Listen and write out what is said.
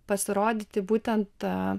pasirodyti būtent